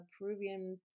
Peruvian